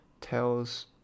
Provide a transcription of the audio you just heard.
tells